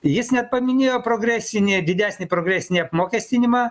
jis net paminėjo progresinį didesnį progresinį apmokestinimą